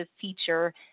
feature